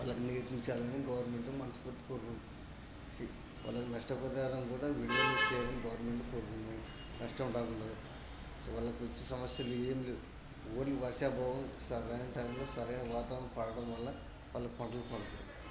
వాళ్ళకి నేర్పించాలని గవర్నమెంట్ను మనస్ఫూర్తిగా కోరుకుంటున్నాను సి వాళ్ళకి నష్టపరిహారం కూడా వీళ్ళనే చేయమని గవర్నమెంట్ని కోరుకుంటున్నాము కష్టం రాకుండా సో వాళ్ళకు వచ్చే సమస్యలు ఏమీ లేవు ఓన్లీ వర్ష భావం సరైన టైంలో సరైన వాతా పడడం వల్ల వాళ్ళకి పంటలు పండుతాయి